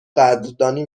قدردانی